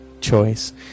choice